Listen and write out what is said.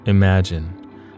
Imagine